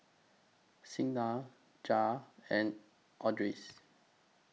Signa Jahir and Andres